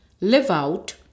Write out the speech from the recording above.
live-out